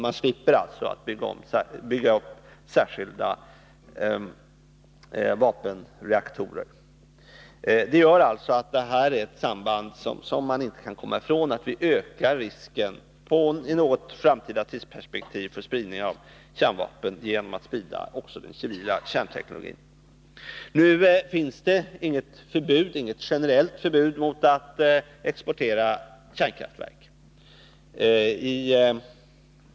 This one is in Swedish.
Man slipper alltså att bygga upp särskilda vapenreaktorer. Detta gör att det här finns ett samband som man inte kan komma ifrån. Det ökar risken i ett framtidsperspektiv för spridning av kärnvapen genom att man sprider den civila kärnteknologin. Nu finns det inget generellt förbud mot att exportera kärnkraftverk.